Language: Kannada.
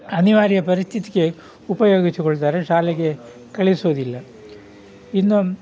ಅನಿವಾರ್ಯ ಪರಿಸ್ಥಿತಿಗೆ ಉಪಯೋಗಿಸಿಕೊಳ್ತಾರೆ ಶಾಲೆಗೆ ಕಳಿಸುವುದಿಲ್ಲ ಇನ್ನು